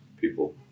people